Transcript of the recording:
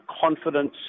confidence